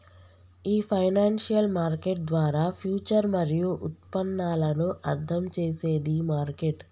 ఈ financial market ద్వారా future మరియు ఉత్పన్నాలను అర్థం చేసేది మార్కెట్